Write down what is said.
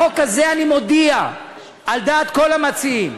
החוק הזה, אני מודיע על דעת כל המציעים,